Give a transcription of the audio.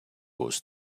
was